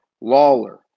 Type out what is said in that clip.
Lawler